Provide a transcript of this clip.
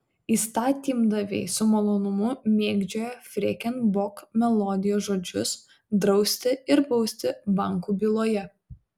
įstatymdaviai su malonumu mėgdžioja freken bok melodijos žodžius drausti ir bausti bankų byloje